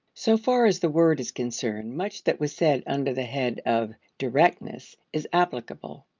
so far as the word is concerned, much that was said under the head of directness is applicable.